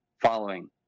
following